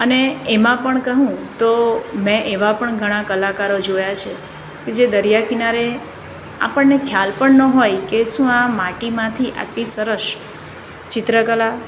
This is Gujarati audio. અને એમાં પણ કહું તો મેં એવા પણ ઘણા કલાકારો જોયા છે કે જે દરિયાકિનારે આપણને ખ્યાલ પણ ન હોય કે શું આ માટીમાંથી આટલી સરસ ચિત્રકલા